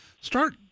start